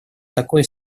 такой